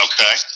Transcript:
Okay